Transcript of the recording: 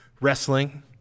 Wrestling